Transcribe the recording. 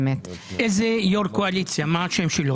לא יכול להיות שנושאים כאלה ימשיכו